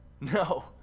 No